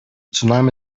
tsunami